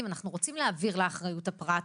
אם אנחנו רוצים להעביר לאחריות הפרט,